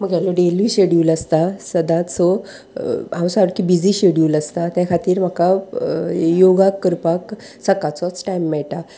म्हगेलो daily schedule आसता सदांच सो हांव सारकी बिजी शेड्यूल आसता त्या खातीर म्हाका योगा करपाक सकाळचोच टायम मेळटा